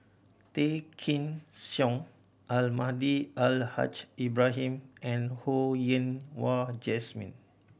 Tay Kheng Soon Almahdi Al Haj Ibrahim and Ho Yen Wah Jesmine